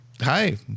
Hi